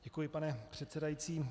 Děkuji, pane předsedající.